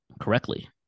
correctly